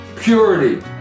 purity